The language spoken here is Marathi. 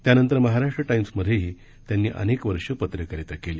त्यानंतर महाराष्ट्र टाइम्समध्येही त्यांनी अनेक वर्षे पत्रकारिता केली